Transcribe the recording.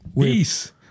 Peace